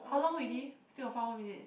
how long already still got five more minutes